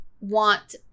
want